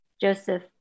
Joseph